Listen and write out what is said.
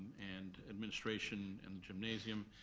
and administration, and the gymnasium,